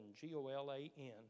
G-O-L-A-N